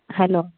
hello